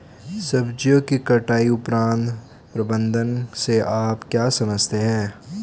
सब्जियों की कटाई उपरांत प्रबंधन से आप क्या समझते हैं?